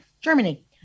Germany